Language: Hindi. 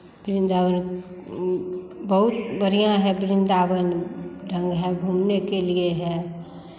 वृंदावन बहुत बढ़ियाँ है वृंदावन ढंग है घूमने के लिए है